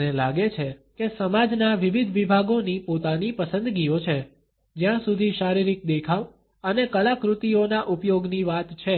આપણને લાગે છે કે સમાજના વિવિધ વિભાગોની પોતાની પસંદગીઓ છે જ્યાં સુધી શારીરિક દેખાવ અને કલાકૃતિઓના ઉપયોગની વાત છે